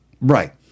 Right